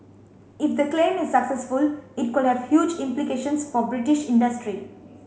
if the claim is successful it could have huge implications for British industry